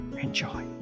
enjoy